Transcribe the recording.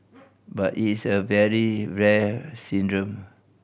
but it's a very rare syndrome